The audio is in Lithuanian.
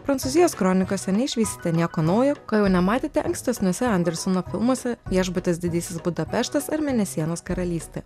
prancūzijos kronikose neišvysite nieko naujo ko jau nematėte ankstesniuose andersono filmuose viešbutis didysis budapeštas ar mėnesienos karalystė